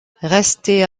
restait